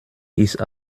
ist